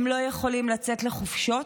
הם לא יכולים לצאת לחופשות,